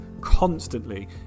constantly